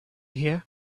here